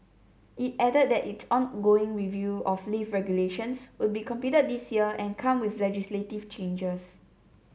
it added that its ongoing review of lift regulations would be completed this year and come with legislative changes